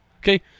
Okay